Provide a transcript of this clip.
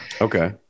Okay